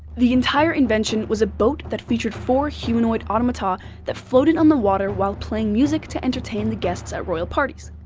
the entire invention was a boat that featured four humanoid automata that floated on the water while playing music to entertain the guests at royal parties.